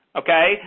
okay